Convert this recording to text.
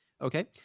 Okay